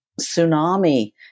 tsunami